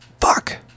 Fuck